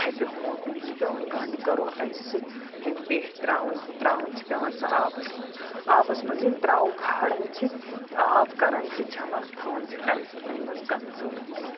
تھَپہِ ہانٛکلہِ چھِ پٮ۪وان گنٛڈ کَرُن رَزِ سۭتۍ ہیٚمہِ پیٚٹھۍ ترٛاوٕنۍ تہٕ ترٛاوٕنۍ چھِ پٮ۪وان سۄ آبَس منٛز آبَس منٛز ییٚلہِ ترٛاوَو کھالان چھِ آب کَران چھِ جَمع تھاوان چھِ ٹنٛکِیَن منٛز کَنزٲرٕو کٔرِتھ